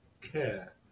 care